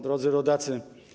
Drodzy Rodacy!